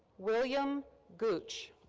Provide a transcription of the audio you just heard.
william gooch.